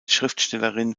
schriftstellerin